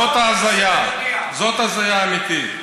זאת ההזיה, זאת ההזיה האמיתית.